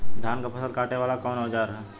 धान के फसल कांटे वाला कवन औजार ह?